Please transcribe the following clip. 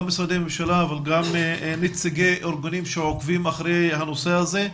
גם משרדי ממשלה אבל גם נציגי ארגונים שעוקבים אחרי הנושא הזה,